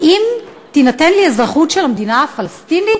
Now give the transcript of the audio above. האם תינתן לי אזרחות של המדינה הפלסטינית?